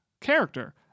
character